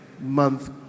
month